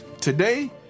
Today